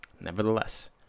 Nevertheless